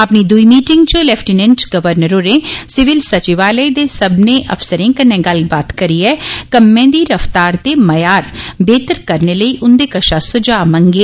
अपनी दूई मीटिंग च लेफिटनेंट गवर्नर होरे सिविल सचिवालय दे सब्बने अफसरे कन्नै गल्लबात करियै कम्मै दी रफ्तार ते म्यार बेहतर करने लेई उंदे कशा सुझाव मंगे